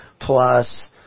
plus